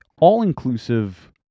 all-inclusive